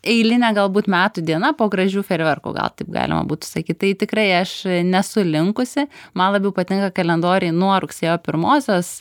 eilinė galbūt metų diena po gražių fejerverkų gal taip galima būtų sakyt tai tikrai aš nesu linkusi man labiau patinka kalendoriai nuo rugsėjo pirmosios